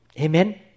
Amen